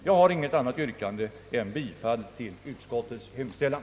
Jag har inget annat yrkande än bifall till utskottets hemställan.